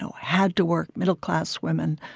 and had to work, middle-class women.